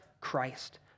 Christ